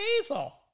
evil